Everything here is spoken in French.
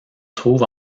trouve